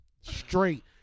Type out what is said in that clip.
Straight